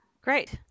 Great